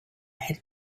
had